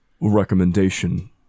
recommendation